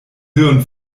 hirn